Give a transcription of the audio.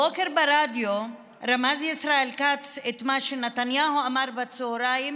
הבוקר ברדיו רמז ישראל כץ את מה שנתניהו אמר בצוהריים